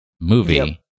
movie